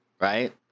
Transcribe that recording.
right